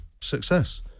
success